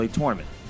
tournament